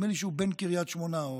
נדמה לי שהוא בן קריית שמונה,